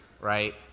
Right